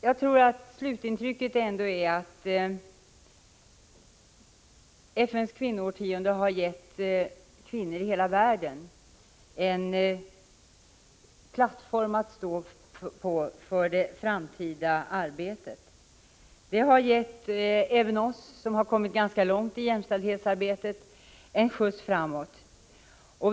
Jag tror att slutintrycket ändå är att FN:s kvinnoårtionde har gett kvinnor i hela världen en plattform att stå på för det framtida arbetet. Det har gett även oss, som har kommit ganska långt i jämställdhetsarbetet, en skjuts framåt.